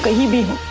but he be